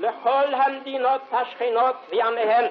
לכל המדינות השכנות ועמיהם